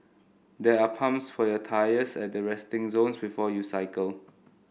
there are pumps for your tyres at the resting zones before you cycle